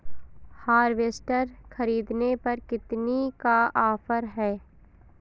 Harvester ख़रीदने पर कितनी का ऑफर है?